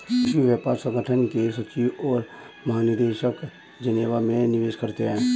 विश्व व्यापार संगठन के सचिव और महानिदेशक जेनेवा में निवास करते हैं